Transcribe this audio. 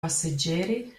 passeggeri